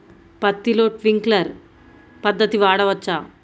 పత్తిలో ట్వింక్లర్ పద్ధతి వాడవచ్చా?